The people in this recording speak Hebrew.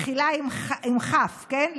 מכילה, עם כ"ף, כן?